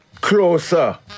closer